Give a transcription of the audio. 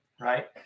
right